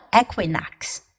equinox